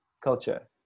culture